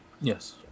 Yes